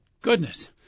goodness